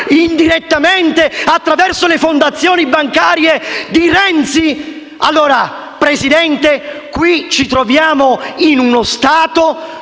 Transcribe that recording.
indirettamente attraverso le fondazioni bancarie di Renzi? Presidente, qui ci troviamo allora in uno Stato